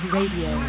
Radio